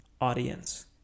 audience